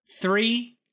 Three